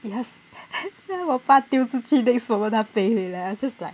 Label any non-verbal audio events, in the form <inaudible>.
it has <laughs> 我爸丢出去它飞回来了 I was just like